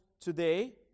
today